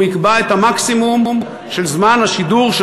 שהוא יקבע את המקסימום של זמן השידור של